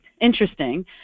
interesting